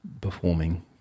performing